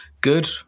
good